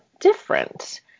different